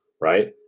right